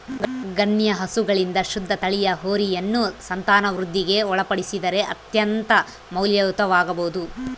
ಗಣ್ಯ ಹಸುಗಳಿಂದ ಶುದ್ಧ ತಳಿಯ ಹೋರಿಯನ್ನು ಸಂತಾನವೃದ್ಧಿಗೆ ಒಳಪಡಿಸಿದರೆ ಅತ್ಯಂತ ಮೌಲ್ಯಯುತವಾಗಬೊದು